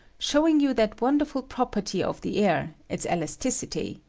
showing you that wonderfid property of the air, its elasticity,